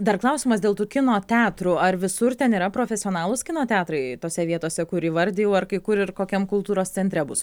dar klausimas dėl tų kino teatrų ar visur ten yra profesionalūs kino teatrai tose vietose kur įvardijau ar kai kur ir kokiam kultūros centre bus